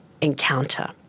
encounter